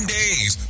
days